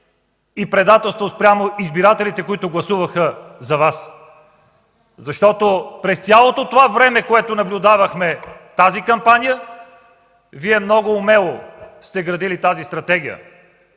и предателство спрямо избирателите, които гласуваха за Вас. Цялото това време, през което наблюдавахме тази кампания, Вие много умело сте градили тази стратегия.